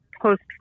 post